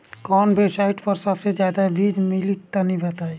कवन वेबसाइट पर सबसे अच्छा बीज मिली तनि बताई?